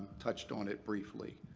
touched on it briefly.